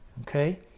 Okay